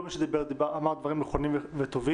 כל מי שדיבר אמר דברים נכונים וטובים,